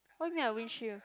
what you mean by windshield